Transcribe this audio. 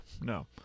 no